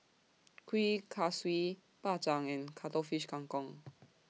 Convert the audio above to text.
Kuih Kaswi Bak Chang and Cuttlefish Kang Kong